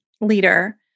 leader